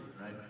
right